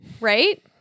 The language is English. right